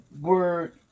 word